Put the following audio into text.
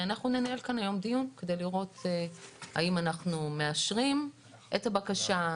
אנחנו ננהל כאן היום דיון כדי לראות האם אנחנו מאשרים את הבקשה,